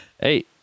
Hey